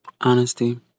Honesty